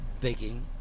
begging